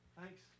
Thanks